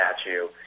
statue